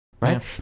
right